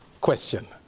question